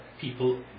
people